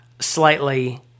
slightly